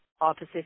opposite